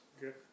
Good